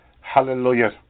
Hallelujah